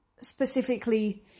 specifically